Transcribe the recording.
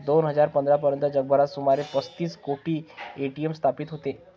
दोन हजार पंधरा पर्यंत जगभरात सुमारे पस्तीस कोटी ए.टी.एम स्थापित होते